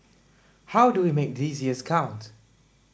how do we make these years count